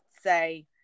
say